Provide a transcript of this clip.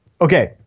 Okay